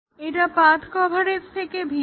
এটা পাথ্ কভারেজে থেকে ভিন্ন